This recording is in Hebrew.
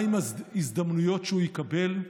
מהן ההזדמנויות שהוא יקבל?